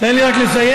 תן לי רק לסיים.